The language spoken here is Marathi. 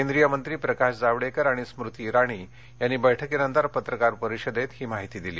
केंद्रीय मंत्री प्रकाश जावडेकर आणि स्मृती इराणी यांनी बैठकीनंतर पत्रकार परिषदेत ही माहिती दिली